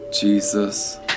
Jesus